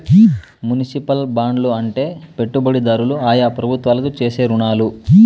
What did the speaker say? municipal బాండ్లు అంటే పెట్టుబడిదారులు ఆయా ప్రభుత్వాలకు చేసే రుణాలు